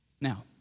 Now